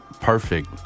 perfect